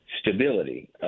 stability